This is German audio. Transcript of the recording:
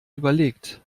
überlegt